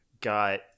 got